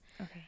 Okay